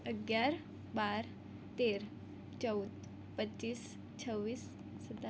અગિયાર બાર તેર ચૌદ પચીસ છવ્વીસ સતા